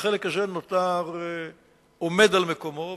החלק הזה נותר עומד על מקומו.